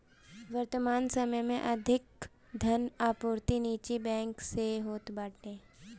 वर्तमान समय में अधिका धन आपूर्ति निजी बैंक से होत बाटे